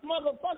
motherfucker